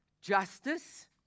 justice